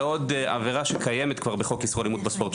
ועוד עבירה שקיימת כבר בחוק איסור אלימות בספורט,